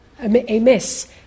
amiss